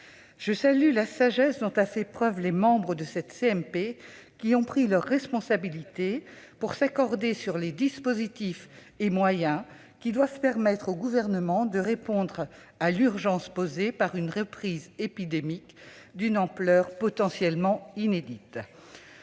Je salue la sagesse dont ont fait preuve les membres de cette CMP, qui ont pris leurs responsabilités pour s'accorder sur les dispositifs et moyens devant permettre au Gouvernement de répondre à l'urgence que pose une reprise épidémique d'une ampleur potentiellement inédite.